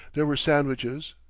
there were sandwiches,